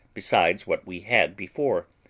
besides what we had before,